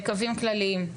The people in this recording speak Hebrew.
את זה אתם זוכרים,